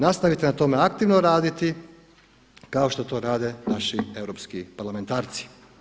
Nastavite na tome aktivno raditi kao što to rade naši europski parlamentarci.